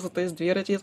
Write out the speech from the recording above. su tais dviračiais